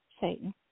Satan